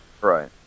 Right